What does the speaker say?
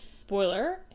Spoiler